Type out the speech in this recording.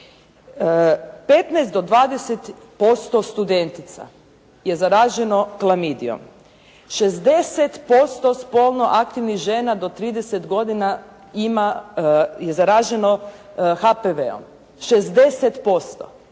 do 20% studentica je zaraženo klamidijom, 60% spolno aktivnih žena do 30 godina ima, je zaraženo HPV-om. 60%,